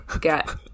get